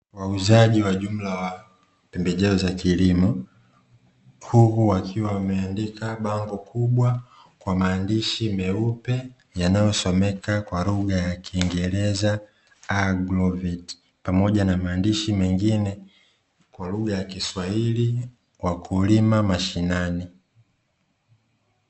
Waizaji wa jumla wa pembejeo za kilimo huku wakiwa wameandika bango kubwa kwa maandishi meupe yanayosomeka kwa lugha kiingereza “ AGROVET” pamoja na maandishi mengine kwa lugha ya kiswahili “Wakulima mashinani”